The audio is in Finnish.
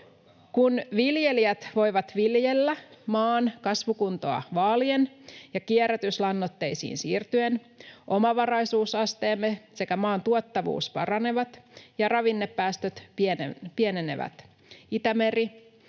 Kun viljelijät voivat viljellä maan kasvukuntoa vaalien ja kierrätyslannoitteisiin siirtyen, omavaraisuusasteemme sekä maan tuottavuus paranevat ja ravinnepäästöt pienenevät. Itämeri